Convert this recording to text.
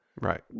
right